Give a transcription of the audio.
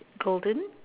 golden